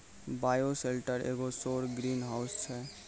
bioshelter एगो सौर greenhouse छै